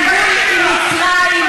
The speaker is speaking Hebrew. הגבול עם מצרים,